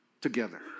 together